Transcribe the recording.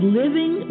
living